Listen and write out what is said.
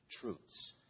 truths